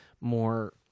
more